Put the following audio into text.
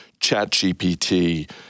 ChatGPT